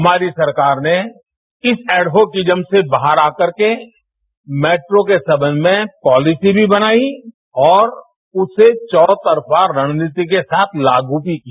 हमारी सरकार ने इस हेडोसिज्म से बाहर आ करके मेट्रो के संबंध में पॉलिसी भी बनाई और उसे चौतरफा रणनीति के साथ लागू भी किया